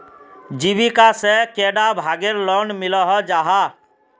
जीविका से कैडा भागेर लोन मिलोहो जाहा?